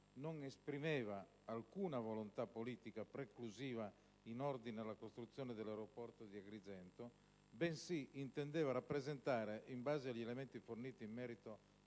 non esprimeva alcuna volontà politica preclusiva in ordine alla costruzione dell'aeroporto di Agrigento, bensì intendeva rappresentare, in base agli elementi forniti in merito